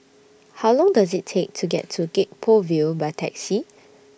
How Long Does IT Take to get to Gek Poh Ville By Taxi